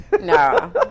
No